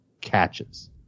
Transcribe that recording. catches